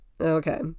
Okay